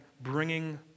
bringing